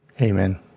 Amen